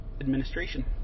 administration